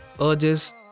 urges